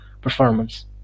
performance